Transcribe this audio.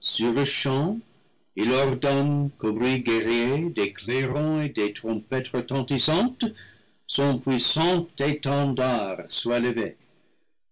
sur-le-champ il ordonne qu'au bruit guerrier des clairons et des trompettes retentissantes son puissant étendard soit levé